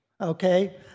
okay